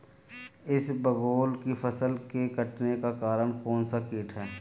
इसबगोल की फसल के कटने का कारण कौनसा कीट है?